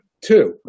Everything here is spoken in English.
two